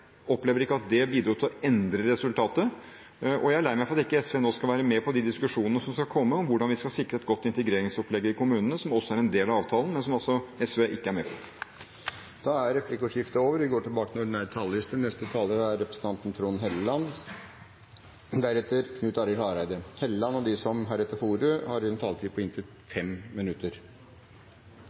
opplever ikke at det bidro til å endre resultatet, og jeg er lei meg for at SV ikke nå skal være med på de diskusjonene som skal komme om hvordan vi skal sikre et godt integreringsopplegg i kommunene, som også er en del av avtalen, men som SV altså ikke er med på. Replikkordskiftet er omme. De talere som heretter får ordet, har en taletid på inntil 5 minutter. Borgerkrigen i Syria og ISILs brutale herjinger har ført til en av de største humanitære krisene siden annen verdenskrig. Millioner av mennesker er på